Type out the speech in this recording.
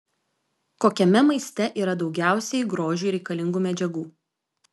kokiame maiste yra daugiausiai grožiui reikalingų medžiagų